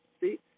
See